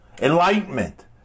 Enlightenment